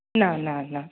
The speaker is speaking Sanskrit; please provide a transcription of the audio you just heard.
न न न